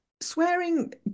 swearing